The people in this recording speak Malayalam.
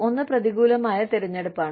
ഒന്ന് പ്രതികൂലമായ തിരഞ്ഞെടുപ്പാണ്